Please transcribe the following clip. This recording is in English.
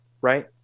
right